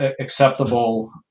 acceptable